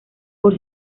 por